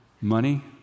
Money